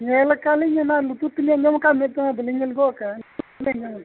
ᱧᱮᱞ ᱠᱟᱜᱼᱟ ᱟᱹᱞᱤᱧ ᱚᱱᱟ ᱞᱩᱛᱩᱨ ᱛᱮᱞᱤᱧ ᱟᱸᱡᱚᱢ ᱠᱟᱜᱼᱟ ᱢᱮᱫ ᱛᱮᱢᱟ ᱵᱟᱹᱞᱤᱧ ᱧᱮᱞ ᱠᱟᱜᱼᱟ